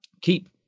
keep